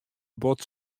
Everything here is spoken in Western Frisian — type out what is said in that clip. bot